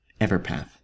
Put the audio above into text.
Everpath